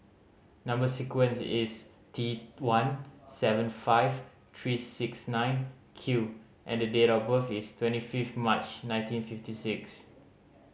number sequence is T one seven five three six nine Q and the date of birth is twenty fifth March nineteen fifty six